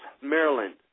Maryland